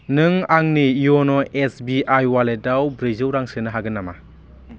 नों आंनि इउन' एसबिआइ अवालेटाव रां सोनो हागोन नामा